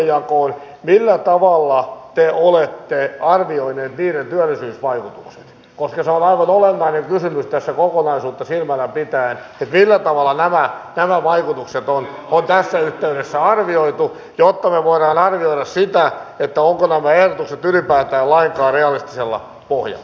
koska on millä tavalla te olette arvioineet virtual way porno aivan olennainen kysymys tässä kokonaisuutta silmällä pitäen että millä tavalla nämä vaikutukset on tässä yhteydessä arvioitu jotta me voimme arvioida sitä ovatko nämä ehdotukset ylipäätään lainkaan realistisella pohjalla